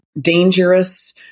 dangerous